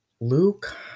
Luke